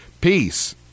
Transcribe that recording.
Peace